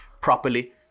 properly